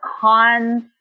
cons